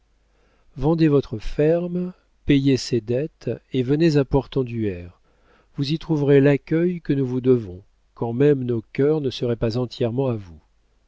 vendez votre ferme payez ses dettes et venez à portenduère vous y trouverez l'accueil que nous vous devons quand même nos cœurs ne seraient pas entièrement à vous